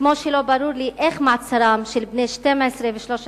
כמו שלא ברור לי איך מעצרם של בני 12 ו-13